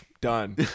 done